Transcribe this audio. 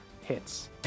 hits